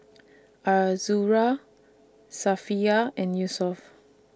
Azura Safiya and Yusuf